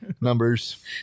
Numbers